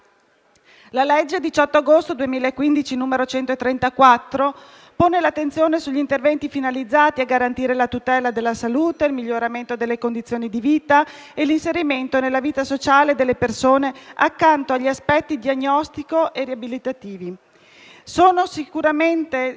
La legge 18 agosto 2015, n. 134 pone l'attenzione sugli interventi finalizzati a garantire la tutela della salute, il miglioramento delle condizioni di vita e l'inserimento nella vita sociale delle persone, accanto agli aspetti diagnostici e riabilitativi. Ciò è sicuramente